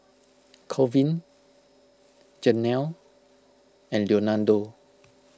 Colvin Jenelle and Leonardo